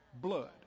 blood